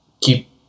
keep